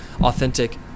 authentic